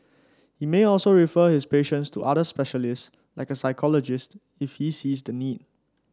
he may also refer his patients to other specialists like a psychologist if he sees the need